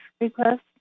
request